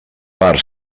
pare